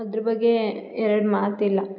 ಅದ್ರ ಬಗ್ಗೆ ಎರಡು ಮಾತಿಲ್ಲ